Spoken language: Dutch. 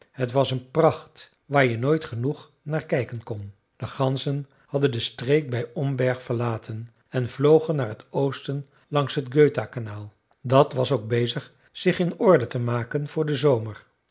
het was een pracht waar je nooit genoeg naar kijken kon de ganzen hadden de streek bij omberg verlaten en vlogen naar het oosten langs het götakanaal dat was ook bezig zich in orde te maken voor den zomer